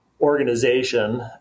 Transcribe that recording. organization